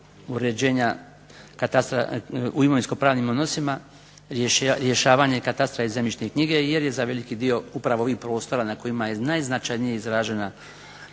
katastra u imovinsko pravnim odnosima rješavanje katastra i zemljišne knjige jer je za veliki dio upravo ovih prostora na kojima je najznačajnije izražena